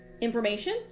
information